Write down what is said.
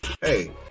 hey